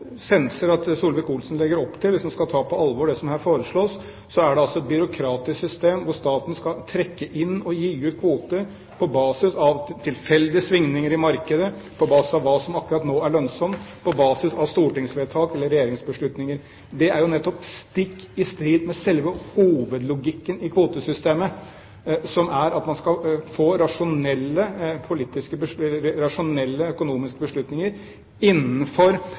at Solvik-Olsen legger opp til – hvis man skal ta på alvor det som foreslås – er altså et byråkratisk system hvor staten skal trekke inn og gi ut kvoter på basis av tilfeldige svingninger i markedet, på basis av hva som akkurat nå er lønnsomt, på basis av stortingsvedtak eller regjeringsbeslutninger. Det er jo nettopp stikk i strid med selve hovedlogikken i kvotesystemet, som er at man skal få rasjonelle økonomiske beslutninger innenfor